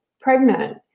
pregnant